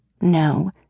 No